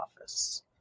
office